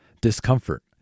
discomfort